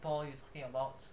ball you talking about